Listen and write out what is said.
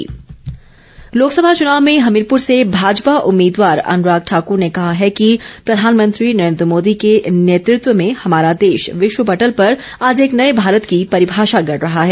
अनुराग ठाकुर लोकसभा चुनाव में हमीरपुर से भाजपा उम्मीदवार अनुराग ठाक्र ने कहा है कि प्रधानमंत्री नरेन्द्र मोदी के नेतृत्व में हमारा देश विश्व पटल पर आज एक नए भारत की परिभाषा गढ़ रहा है